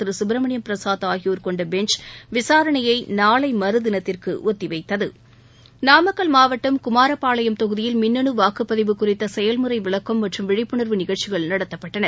திரு சுப்பிரமணியம் பிரசாத் ஆகியோர் கொண்ட பெஞ்ச் விசாரணையை நாளை மறுதினத்திற்கு ஒத்திவைத்தது நாமக்கல் மாவட்டம் குமாரபாளையம் தொகுதியில் மின்னனு வாக்குப்பதிவு குறித்த செயல்முறை விளக்கம் மற்றும் விழிப்புணர்வு நிகழ்ச்சிகள் நடத்தப்பட்டன